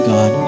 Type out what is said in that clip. God